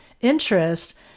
interest